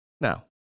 now